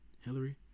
Hillary